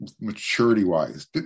maturity-wise